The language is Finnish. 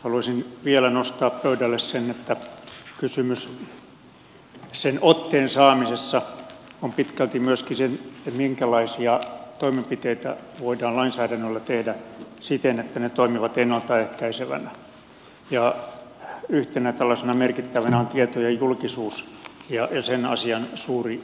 haluaisin vielä nostaa pöydälle sen että kysymys sen otteen saamisessa on pitkälti myöskin siitä minkälaisia toimenpiteitä voidaan lainsäädännöllä tehdä siten että ne toimivat ennalta ehkäisevinä ja yhtenä tällaisena merkittävänä tekijänä on tietojen julkisuus ja sen asian suuri merkitys